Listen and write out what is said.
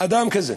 לאדם כזה?